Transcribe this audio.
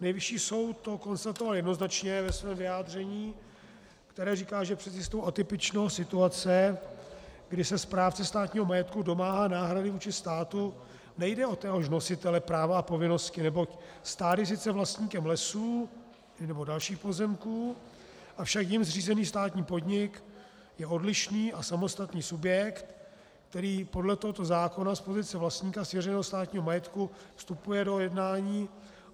Nejvyšší soud to konstatoval jednoznačně ve svém vyjádření, které říká, že přes jistou atypičnost situace, kdy se správce státního majetku domáhá náhrady vůči státu, nejde o téhož nositele práva a povinnosti, neboť stát je sice vlastníkem lesů nebo dalších pozemků, avšak jím zřízený státní podnik je odlišný a samostatný subjekt, který podle tohoto zákona z pozice vlastníka svěřeného státního majetku vstupuje do jednání,